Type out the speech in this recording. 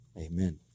amen